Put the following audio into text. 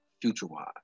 future-wise